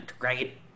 right